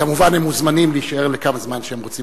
כמובן הם מוזמנים להישאר כמה זמן שהם רוצים.